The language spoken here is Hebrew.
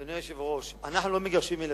אדוני היושב-ראש, אנחנו לא מגרשים ילדים.